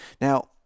Now